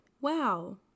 Wow